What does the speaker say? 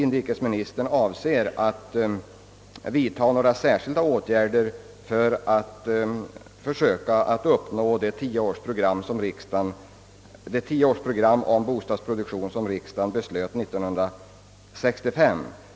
nistern avser att vidtaga några särskilda åtgärder för att försöka uppfylla det tioårsprogram för bostadsbyggande som riksdagen antog 1965.